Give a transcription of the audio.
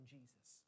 Jesus